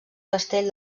castell